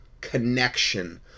connection